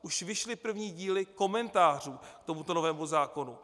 Už vyšly první díly komentářů k tomuto novému zákonu.